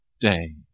day